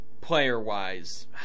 player-wise